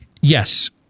yes